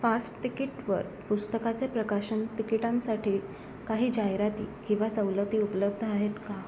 फास्टतिकिटवर पुस्तकाचे प्रकाशन तिकिटांसाठी काही जाहिराती किंवा सवलती उपलब्ध आहेत का